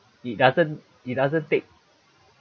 it doesn't it doesn't take